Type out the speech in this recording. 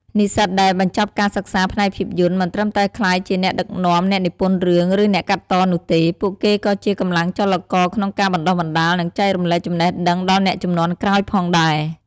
និស្សិតដែលបញ្ចប់ការសិក្សាផ្នែកភាពយន្ត មិនត្រឹមតែក្លាយជាអ្នកដឹកនាំ អ្នកនិពន្ធរឿង ឬអ្នកកាត់តនោះទេ ពួកគេក៏ជាកម្លាំងចលករក្នុងការបណ្តុះបណ្តាល និងចែករំលែកចំណេះដឹងដល់អ្នកជំនាន់ក្រោយផងដែរ។